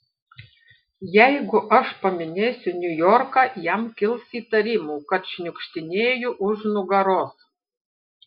jeigu aš paminėsiu niujorką jam kils įtarimų kad šniukštinėju už nugaros